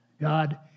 God